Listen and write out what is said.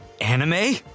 Anime